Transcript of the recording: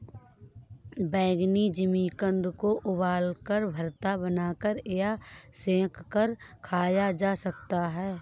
बैंगनी जिमीकंद को उबालकर, भरता बनाकर या सेंक कर खाया जा सकता है